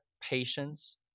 patience